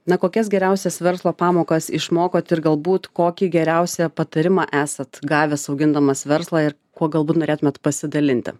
na kokias geriausias verslo pamokas išmokot ir galbūt kokį geriausią patarimą esat gavęs augindamas verslą ir kuo galbūt norėtumėt pasidalinti